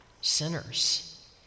sinners